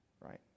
right